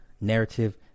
narrative